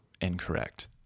incorrect